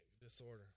disorder